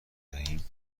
دهیم